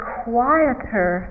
quieter